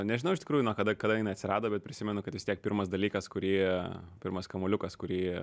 nežinau iš tikrųjų nuo kada kada jinai atsirado bet prisimenu kad vis tiek pirmas dalykas kurį pirmas kamuoliukas kurį